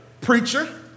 preacher